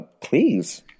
Please